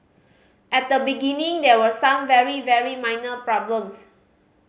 at the beginning there were some very very minor problems